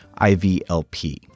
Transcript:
IVLP